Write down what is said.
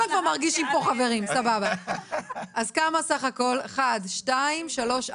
הצבעה בעד, 4 נגד, אין נמנעים, אין אושר.